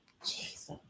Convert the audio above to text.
Jesus